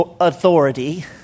authority